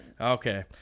okay